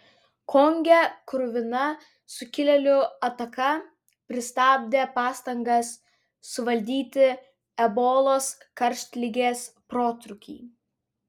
konge kruvina sukilėlių ataka pristabdė pastangas suvaldyti ebolos karštligės protrūkį